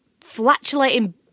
flatulating